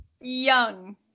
Young